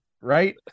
right